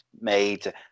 made